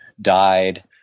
died